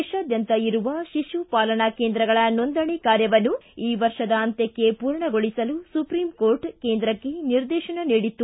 ದೇಶಾದ್ಯಂತ ಇರುವ ಶಿಶುಪಾಲನಾ ಕೇಂದ್ರಗಳ ನೋಂದಣಿ ಕಾರ್ಯವನ್ನು ಈ ವರ್ಷದ ಅಂತ್ಯಕ್ಷೆ ಪೂರ್ಣಗೊಳಸಲು ಸುಪ್ರೀಂ ಕೋರ್ಟ್ ಕೇಂದ್ರಕ್ಕೆ ನಿರ್ದೇಶನ ನೀಡಿತ್ತು